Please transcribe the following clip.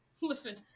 listen